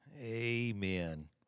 Amen